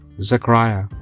Zechariah